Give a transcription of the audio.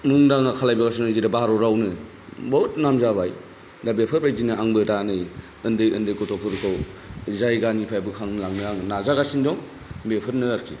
मुंदांखा खालाय बोगासिनो जेरै भारतावनो बहुथ नाम जाबाय दा बेफोरबायदिनो आंबो दा नै उन्दै उन्दै गथ'फोरखौ जायगानिफ्राय बोखांलांनो आङो नाजागासिनो दं बेफोरनो आरोखि